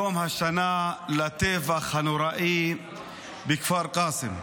יום השנה לטבח הנוראי בכפר קאסם.